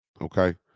okay